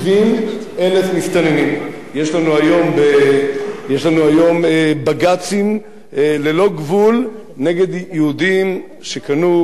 יש לנו היום בג"צים ללא גבול נגד יהודים שקנו בתים וגרים בבתים,